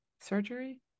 surgery